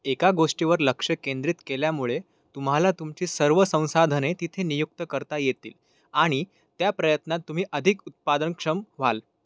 एका गोष्टीवर लक्ष केंद्रित केल्यामुळे तुम्हाला तुमची सर्व संसाधने तिथे नियुक्त करता येतील आणि त्या प्रयत्नात तुम्ही अधिक उत्पादनक्षम व्हाल